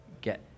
get